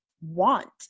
want